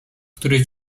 który